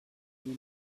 you